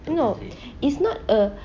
no it's not a